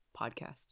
podcast